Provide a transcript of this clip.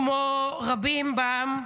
כמו רבים בעם,